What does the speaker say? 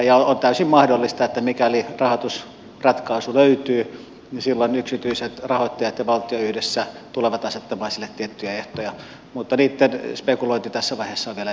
on täysin mahdollista että mikäli rahoitusratkaisu löytyy niin silloin yksityiset rahoittajat ja valtio yhdessä tulevat asettamaan sille tiettyjä ehtoja mutta niistä spekulointi tässä vaiheessa on vielä ennenaikaista